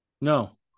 No